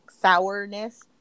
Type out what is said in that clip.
sourness